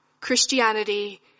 Christianity